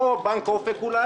אולי לא בנק "אופק",